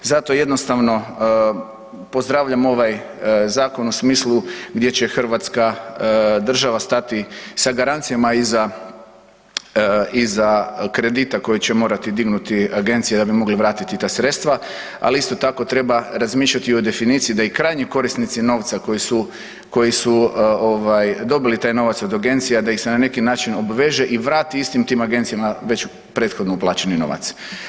Pozdravljam ovaj zakon u smislu gdje će Hrvatska država stati i sa garancijama iza kredita koji će morati dignuti agencije da bi mogle vratiti ta sredstva, ali isto tako treba razmišljati i o definiciji da i krajnji korisnici novca koji su dobili taj novac od agencija da ih se na neki način obveže i vrati istim tim agencijama već prethodno uplaćeni novac.